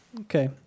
Okay